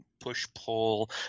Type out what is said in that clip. push-pull